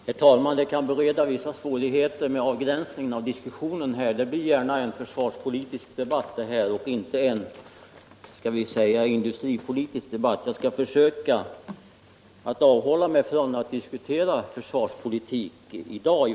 Herr talman! Det kan bereda vissa svårigheter att avgränsa den här diskussionen; den blir gärna en försvarspolitisk debatt i stället för en industripolitisk. Jag skall försöka att avhålla mig från att diskutera försvarspolitik i dag.